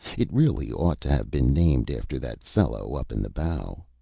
it really ought to have been named after that fellow up in the bow.